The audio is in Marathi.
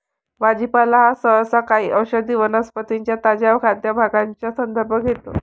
भाजीपाला हा सहसा काही औषधी वनस्पतीं च्या ताज्या खाद्य भागांचा संदर्भ घेतो